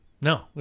No